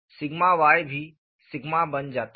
sigma y भी sigma बन जाता है